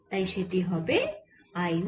তাই সেটি হবে I1